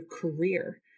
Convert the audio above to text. career